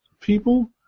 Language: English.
people